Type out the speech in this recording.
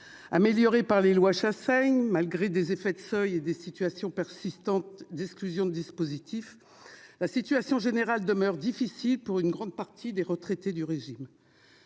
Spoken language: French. Améliorée par les lois Chassaigne, même si des effets de seuil et des situations d'exclusion des dispositifs persistent, la situation générale demeure difficile pour une grande partie des retraités du régime.